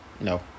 No